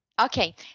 Okay